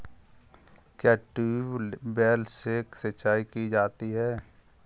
क्या ट्यूबवेल से सिंचाई की जाती है?